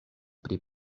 pri